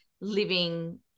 living